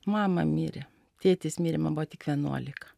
mama mirė tėtis mirė man buvo tik vienuolika